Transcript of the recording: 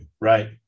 Right